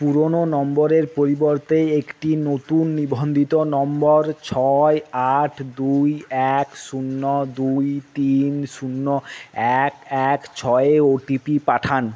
পুরোনো নম্বরের পরিবর্তে একটি নতুন নিবন্ধিত নম্বর ছয় আট দুই এক শূন্য দুই তিন শূন্য এক এক ছয়ে ওটিপি পাঠান